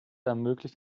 ermöglicht